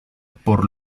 por